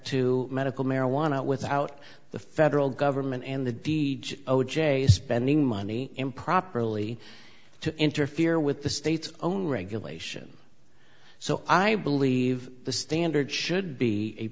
to medical marijuana without the federal government and the dea o j spending money improperly to interfere with the state's own regulation so i believe the standard should be a